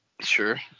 Sure